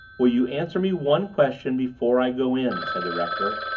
will you answer me one question before i go in? said the rector,